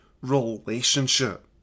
relationship